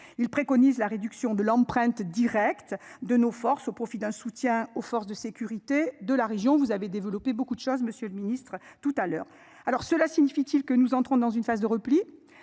il préconise la réduction de l'empreinte directe de nos forces au profit d'un soutien aux forces de sécurité de la région. Vous avez développé beaucoup de choses. Monsieur le Ministre tout à l'heure alors. Cela signifie-t-il que nous entrons dans une phase de repli